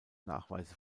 nachweise